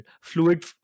Fluid